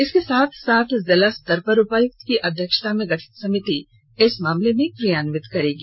इसके साथ साथ जिला स्तर पर उपायुक्त की अध्यक्षता में गठित समिति इस मामले को क्रियान्वित करेगी